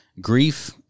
Grief